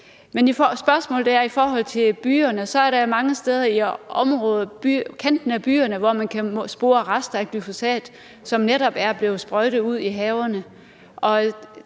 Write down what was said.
mit spørgsmål er om byerne. Der er jo mange områder i udkanten af byerne, hvor man kan spore rester af glyfosat, som netop er blevet sprøjtet ud i haverne.